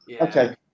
Okay